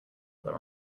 other